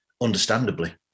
understandably